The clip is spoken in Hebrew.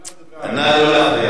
נא לא להפריע לו.